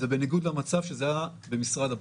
זה בניגוד למצב שזה היה במשרד הבריאות.